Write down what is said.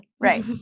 Right